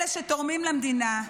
אלה שתורמים למדינה.